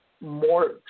more